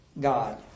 God